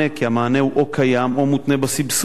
כי המענה הוא או קיים או מותנה בסבסוד,